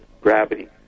gravity